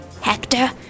Hector